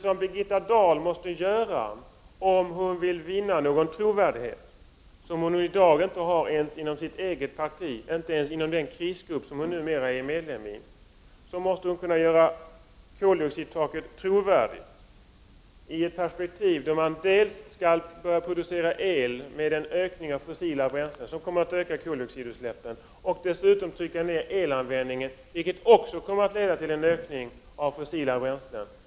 Om Birgitta Dahl vill vinna någon trovärdighet — vilket hon i dag inte har ens inom sitt eget parti eller inom den krisgrupp som hon numera är medlem av — måste hon kunna göra koldioxidtaket trovärdigt i ett perspektiv där man dels skall börja producera el, med en ökning av fossila bränslen vilket kommer att öka koldioxidutsläppen, dels skall trycka ner elanvändningen, vilket också kommer att leda till en ökning av fossila bränslen.